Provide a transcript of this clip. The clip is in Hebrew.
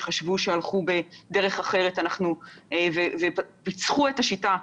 שחשבו שהלכו בדרך אחרת ופיצחו את השיטה.